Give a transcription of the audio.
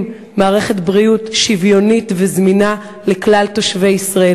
מערכת בריאות שוויונית וזמינה לכלל תושבי ישראל,